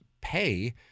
pay